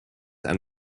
and